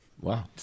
Wow